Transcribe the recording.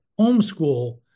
homeschool